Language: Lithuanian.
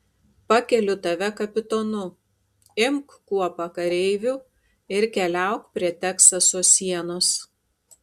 pakeliu tave kapitonu imk kuopą kareivių ir keliauk prie teksaso sienos